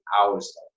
hours